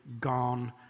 gone